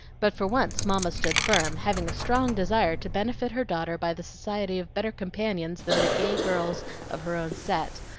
but for once mamma stood firm, having a strong desire to benefit her daughter by the society of better companions than the gay girls of her own set,